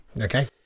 Okay